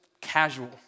casual